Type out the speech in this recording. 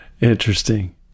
Interesting